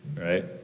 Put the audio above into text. right